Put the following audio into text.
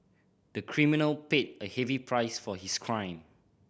the criminal paid a heavy price for his crime